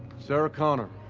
sarah connor.